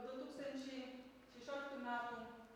du tūkstančiai šešioliktų metų